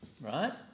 Right